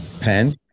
pen